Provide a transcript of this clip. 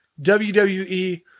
WWE